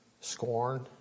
scorn